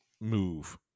move